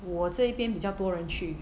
我这一边比较多人去